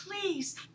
Please